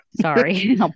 Sorry